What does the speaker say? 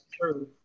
true